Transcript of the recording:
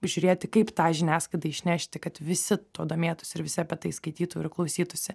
žiūrėti kaip tą į žiniasklaidą išnešti kad visi tuo domėtųsi ir visi apie tai skaitytų ir klausytųsi